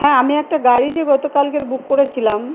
হ্যাঁ আমি একটা গাড়ি যে গত কালকের বুক করেছিলাম